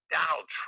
Donald